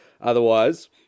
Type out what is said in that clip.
otherwise